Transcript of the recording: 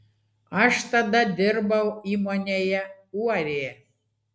aš tada dirbau įmonėje uorė